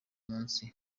munsi